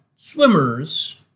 Swimmers